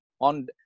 on